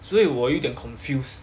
所以我有点 confused